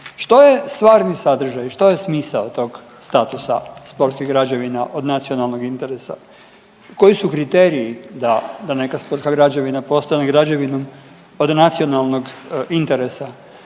što je stvari sadržaj i što je smisao tog statusa sportskih građevina od nacionalnog interesa? Koji su kriteriji da neka sportska građevina postane građevinom od nacionalnog interesa?